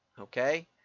Okay